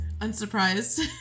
Unsurprised